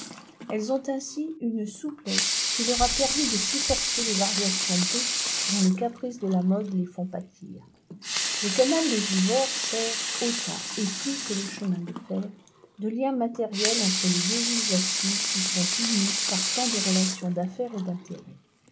elles ont ainsi une souplesse qui leur a permis de supporter les variations brusques dont les caprices de la mode les font pâtir le canal de givors sert autant et plus que le chemin de fer de lien matériel entre les deux villes actives qui sont unies par tant de relations d'affaires et d'intérêts